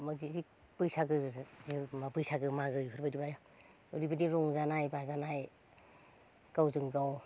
मोनसे जि बैसागो ओ बैसागो मागो एफोरबायदब्लाथाय ओरैबायदि रंजानाय बाजानाय गावजों गाव